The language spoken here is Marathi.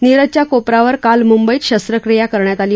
नीरजच्या कोपरावर काल मुंबईत शस्त्रक्रिया करण्यात आली